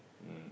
um